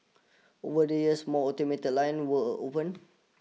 over the years more automated lines were opened